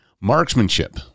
Marksmanship